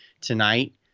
tonight